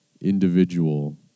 individual